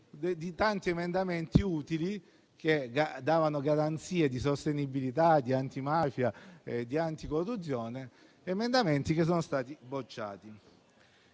per tanti emendamenti utili che davano garanzie di sostenibilità in termini di antimafia e di corruzione, emendamenti che sono stati bocciati.